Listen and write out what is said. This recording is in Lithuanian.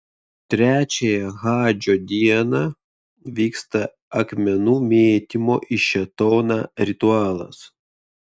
trečiąją hadžo dieną vyksta akmenų mėtymo į šėtoną ritualas